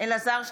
אלעזר שטרן,